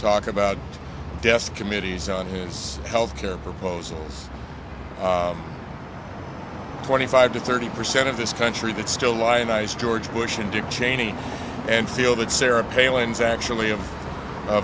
talk about death committees on his health care proposals twenty five to thirty percent of this country that still lionized george bush and dick cheney and feel that sarah palin's actually a